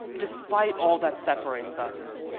despite all that separates us,